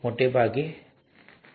મોટે ભાગે હા ઠીક છે